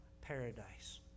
Paradise